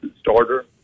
starter